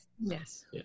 Yes